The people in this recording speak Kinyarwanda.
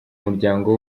muryango